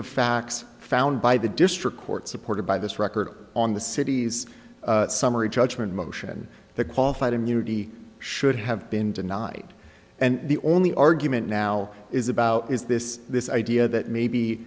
of facts found by the district court supported by this record on the city's summary judgment motion the qualified immunity should have been denied and the only argument now is about is this this idea that maybe